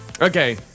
okay